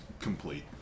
complete